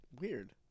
Weird